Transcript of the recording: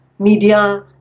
media